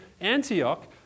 Antioch